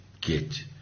get